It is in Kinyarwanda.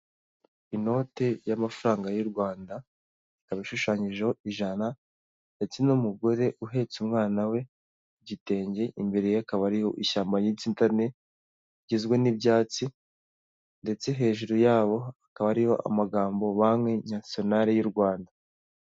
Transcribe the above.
Inote y'amafaranga y'u Rwanda, ikaba ishushanyijeho ijana, ndetse n'umugore uhetse umwana we, igitenge imbere ye akaba hariho ishyamba ry'inzintane rigizwe n'ibyatsi, ndetse hejuru yabo akaba hariho amagambo Banki Nasiyonali y'u Rwanda.